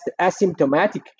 asymptomatic